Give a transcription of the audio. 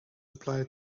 apply